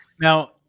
now